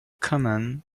common